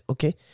Okay